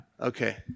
okay